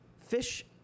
fish